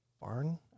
Barn